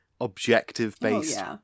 objective-based